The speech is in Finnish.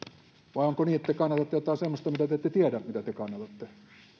vai onko niin että te kannatatte jotain semmoista mistä te ette tiedä mitä te kannatatte että